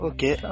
Okay